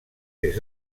des